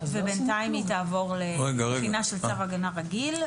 ובינתיים היא תעבור לבחינה של צו הגנה רגיל?